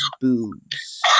boobs